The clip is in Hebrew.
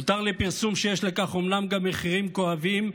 הותר לפרסום שיש לכך אומנם גם מחירים כואבים,